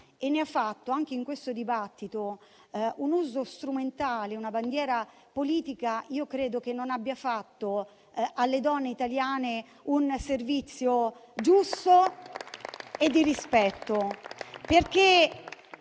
e ne ha fatto, anche in questo dibattito, un uso strumentale e una bandiera politica credo che non abbia reso alle donne italiane un servizio giusto e di rispetto.